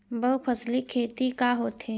बहुफसली खेती का होथे?